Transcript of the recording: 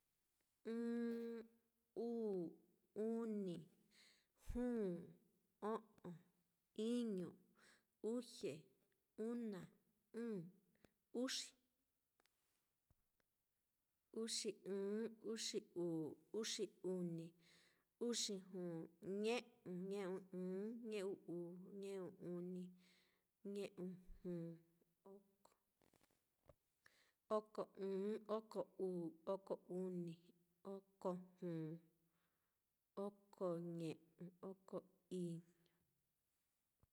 ɨ́ɨ́n, uu, uni, juu, o'on, iñu, uxie, una, ɨ̄ɨ̱n, uxi, uxi ɨ́ɨ́n, uxi uu, uxi uni, uxi juu, ñe'u, ñe'u ɨ́ɨ́n, ñe'u uu, ñe'u uni, ñe'u juu, oko, oko ɨ́ɨ́n, oko uu, oko uni, oko juu, oko ñe'u, oko iñu.